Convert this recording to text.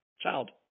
child